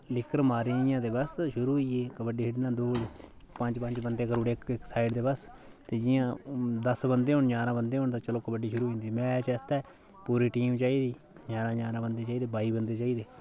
लीकर मारी इ'यां ते बस शुरू होई गे कबड्डी खेढना पंज पंज बंदे करी ओड़े इक इक साइड ते बस जियां दस बंदे होन जारां बंदे होन तां चलो कबड्डी शुरू होई जंदी मैच आस्तै पूरी टीम चाहिदी जारां जारां बंदे चाहि्दे बाई बंदे चाहि्दे